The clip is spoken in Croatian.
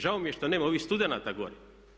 Žao mi je što nema ovih studenata dole.